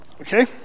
Okay